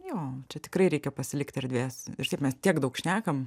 jo čia tikrai reikia pasilikt erdvės ir taip mes tiek daug šnekam